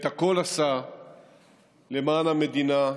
את הכול עשה למען המדינה,